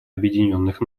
объединенных